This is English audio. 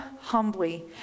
humbly